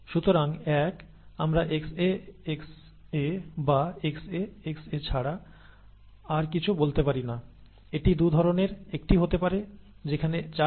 সুতরাং 1 আমরা XAXA বা XAXa ছাড়া আর কিছু বলতে পারি না এটি 2 ধরণের একটি হতে পারে যেখানে 4 টি XAXa